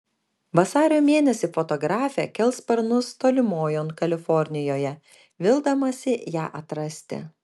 vasario mėnesį fotografė kels sparnus tolimojon kalifornijoje vildamasi ją atrasti